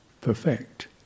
perfect